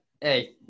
hey